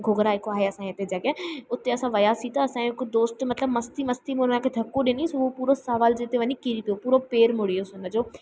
घुघरा हिकु आहे असांजे हिते जॻहि उते असां वियासीं त असांजे कुझु दोस्त मतिलबु मस्ती मस्ती पोइ हुन खे धको ॾिनीसीं उहो पूरो सावाल जे ते वञी किरी पियो पूरो पेरु मुड़ी वियोसीं हुन जो